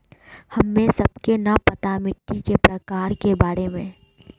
हमें सबके न पता मिट्टी के प्रकार के बारे में?